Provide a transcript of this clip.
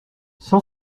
cent